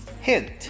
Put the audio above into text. Hint